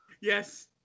Yes